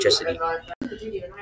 electricity